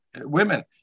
women